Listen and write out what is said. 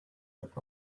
but